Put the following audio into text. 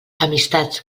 amistats